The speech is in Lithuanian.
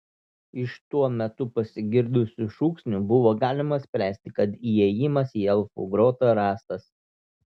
iš tuo metu pasigirdusių šūksnių buvo galima spręsti kad įėjimas į elfų grotą rastas